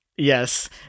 Yes